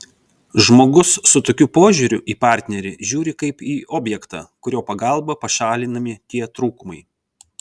žmogus su tokiu požiūriu į partnerį žiūri kaip į objektą kurio pagalba pašalinami tie trūkumai